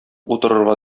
утырырга